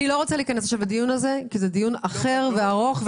אני לא רוצה להיכנס לדיון הזה כי זה דיון אחר וארוך.